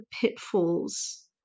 pitfalls –